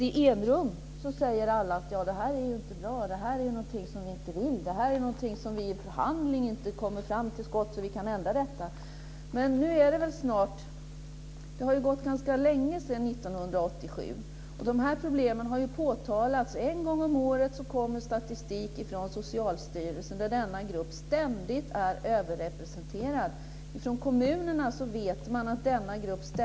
I enrum säger alla att det här inte är bra. Men nu har det gått ganska många år sedan 1987. Dessa problem har ju påtalats. En gång om året kommer statistik från Socialstyrelsen där denna grupp ständigt är överrepresenterad. Det vet man också ute i kommunerna.